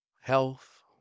health